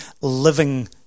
living